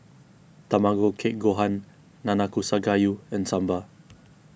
Tamago Kake Gohan Nanakusa Gayu and Sambar